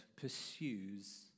pursues